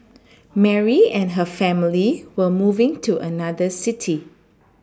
Mary and her family were moving to another city